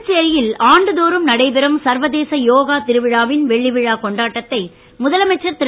புதுச்சேரியில் ஆண்டுதோறும் நடைபெறும் சர்வதேச யோகா திருவிழாவின் வெள்ளிவிழாக் கொண்டாட்டத்தை முதலமைச்சர் திரு